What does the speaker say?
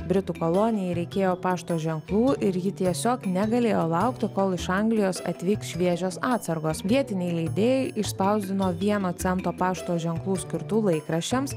britų kolonijai reikėjo pašto ženklų ir ji tiesiog negalėjo laukti kol iš anglijos atvyks šviežios atsargos vietiniai leidėjai išspausdino vieno cento pašto ženklų skirtų laikraščiams